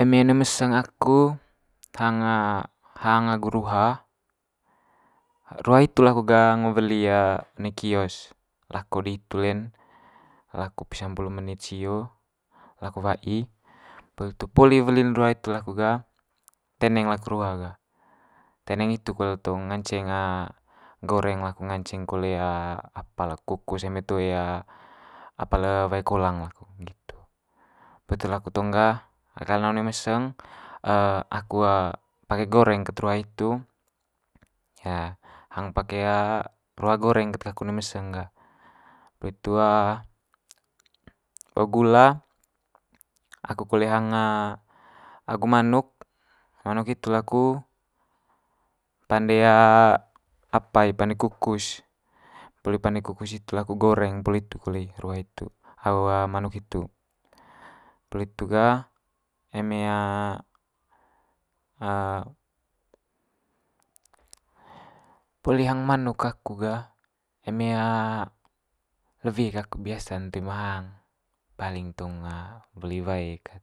eme one meseng aku hang hang agu ruha ruha hitu laku gah ngo weli one kios lako di hitu le'n, lako pisampulu menit sio lako wa'i poli hitu poli weli'n ruha hitu laku gah teneng laku ruha gah. Teneng hitu kole tong nganceng goreng laku nganceng kole apa laku kukus eme toe apa le wae kolang laku, nggitu. Poli hitu laku tong gah one meseng aku pake goreng kat ruha hitu hang pake ruha goreng kat kaku one meseng gah. Poli hitu bao gula aku kole hang agu manuk, manuk hitu laku pande apa i pande kukus, poli pande kukus hitu laku goreng poli hitu kole i ruha hitu agu manuk hitu. Poli hitu gah eme poli hang manuk kaku gah eme le wie gaku toe ma hang paling tong weli wae kat,